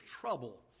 trouble